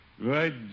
Right